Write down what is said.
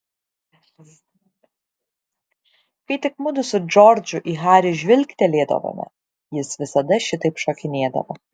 kai tik mudu su džordžu į harį žvilgtelėdavome jis visada šitaip šokinėdavo